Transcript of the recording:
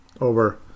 over